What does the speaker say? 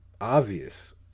obvious